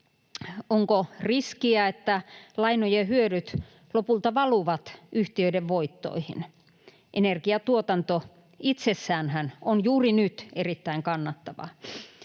onko riskiä, että lainojen hyödyt lopulta valuvat yhtiöiden voittoihin. Energiatuotanto itsessäänhän on juuri nyt erittäin kannattavaa.